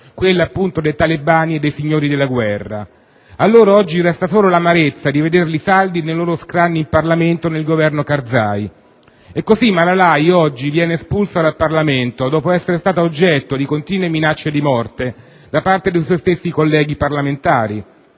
quella appunto dei talebani e dei signori della guerra. A loro oggi resta solo l'amarezza di vederli saldi nei loro scranni in Parlamento e nel Governo Karzai. E così Malalai oggi viene espulsa dal Parlamento, dopo essere stata oggetto di continue minacce di morte da parte di suoi stessi colleghi parlamentari,